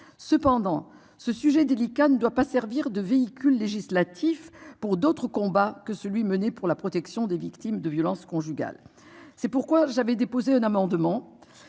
cependant ce sujet délicat, ne doit pas servir de véhicule législatif pour d'autres combats que celui mené pour la protection des victimes de violences conjugales. C'est pourquoi j'avais déposé un amendement.